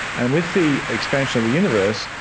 and with the expansion of the universe,